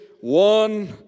One